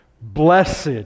blessed